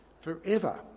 forever